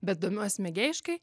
bet domiuosi mėgėjiškai